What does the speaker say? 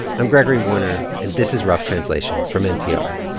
i'm gregory warner, and this is rough translation from npr,